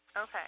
Okay